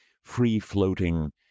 free-floating